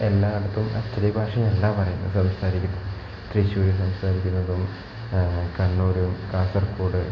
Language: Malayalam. എല്ലായിടത്തും അച്ചടി ഭാഷയല്ല പറയുന്നത് സംസാരിക്കുന്നു തൃശ്ശൂർ സംസാരിക്കുന്നതും കണ്ണൂർ കാസർഗോഡ്